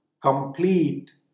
complete